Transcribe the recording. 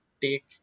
take